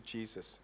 Jesus